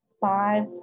five